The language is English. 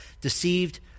deceived